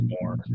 more